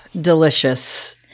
delicious